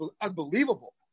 unbelievable